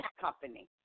company